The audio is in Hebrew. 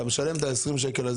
אתה משלם 20 שקל.